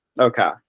Okay